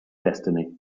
destiny